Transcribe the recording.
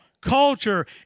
culture